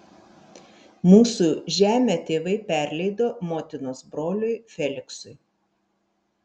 mūsų žemę tėvai perleido motinos broliui feliksui